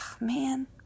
Man